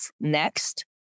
next